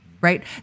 right